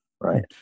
right